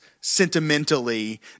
sentimentally